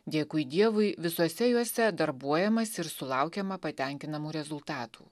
dėkui dievui visuose juose darbuojamasi ir sulaukiama patenkinamų rezultatų